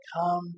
come